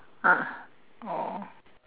ah oh